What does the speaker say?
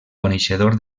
coneixedor